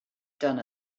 done